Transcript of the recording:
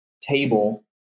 table